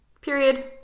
Period